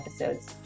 episodes